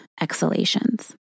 exhalations